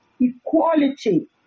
equality